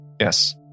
Yes